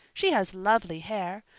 she has lovely hair,